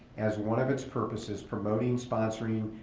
as one of its purposes, promoting, sponsoring,